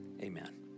amen